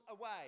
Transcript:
away